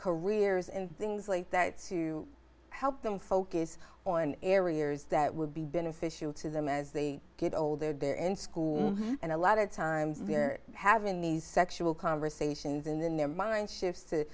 careers and things like that to help them focus on areas that would be beneficial to them as they get older they're in school and a lot of times they're having these sexual conversations in their mind shifts to